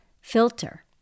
filter